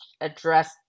address